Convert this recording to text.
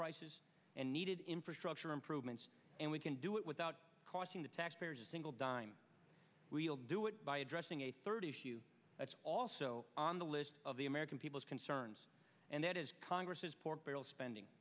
prices and needed infrastructure improvements and we can do it without costing the taxpayers a single dime we'll do it by addressing a third issue that's also on the list of the american people's concerns and that is congress's pork barrel spending